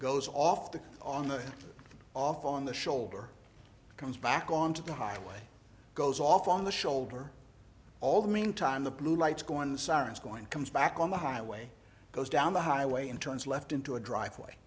goes off on the off on the shoulder comes back onto the highway goes off on the shoulder all the mean time the blue lights going the sirens going comes back on the highway goes down the highway and turns left into a driveway